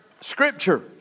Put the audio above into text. Scripture